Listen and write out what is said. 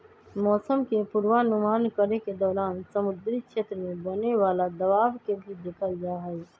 मौसम के पूर्वानुमान करे के दौरान समुद्री क्षेत्र में बने वाला दबाव के भी देखल जाहई